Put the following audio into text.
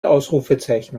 ausrufezeichen